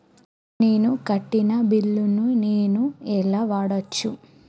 నేను కట్టిన బిల్లు ను నేను ఎలా చూడచ్చు?